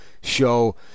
show